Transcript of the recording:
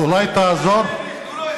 הקואליציה, תנו לו חוק.